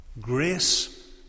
Grace